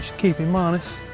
keep him honest.